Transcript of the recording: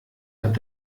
hat